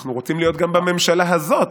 אנחנו רוצים להיות גם בממשלה הזאת,